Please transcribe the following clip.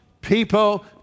people